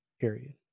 period